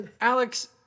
Alex